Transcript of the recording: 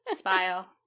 smile